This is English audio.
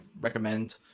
recommend